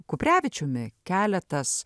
kuprevičiumi keletas